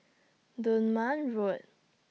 Dunman Road